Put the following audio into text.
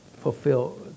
Fulfill